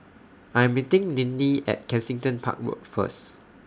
I'm meeting Ninnie At Kensington Park Road First